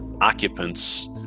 occupants